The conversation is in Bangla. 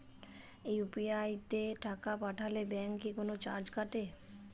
ইউ.পি.আই তে টাকা পাঠালে ব্যাংক কি কোনো চার্জ কাটে?